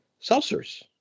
Seltzers